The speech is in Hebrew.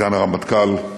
סגן הרמטכ"ל,